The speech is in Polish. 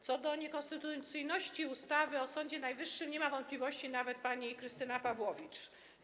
Co do niekonstytucyjności ustawy o Sądzie Najwyższym nie ma wątpliwości nawet pani Krystyna Pawłowicz.